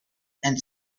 and